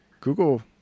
Google